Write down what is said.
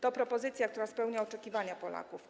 To propozycja, która spełnia oczekiwania Polaków.